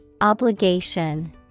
Obligation